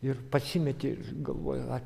ir pasimeti galvoji ar